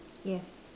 yes